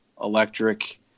electric